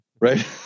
Right